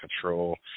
control